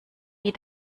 wie